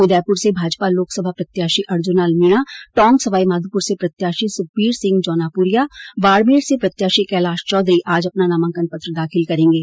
उदयपुर से भाजपा लोकसभा प्रत्याशी अर्जुन लाल मीणा टोंक सवाईमाधोपुर से प्रत्याशी सुखबीर सिंह जौनापुरिया बाडमेर से प्रत्याशी कैलाश चौधरी आज अपना नामाकन पत्र दाखिल करेंगे